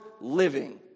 living